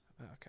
Okay